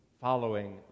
following